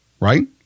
right